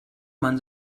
man